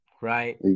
Right